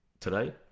today